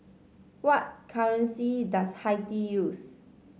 what currency does Haiti use